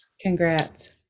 congrats